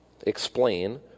explain